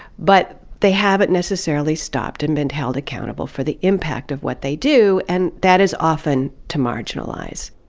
but they haven't necessarily stopped and been held accountable for the impact of what they do, and that is often to marginalize.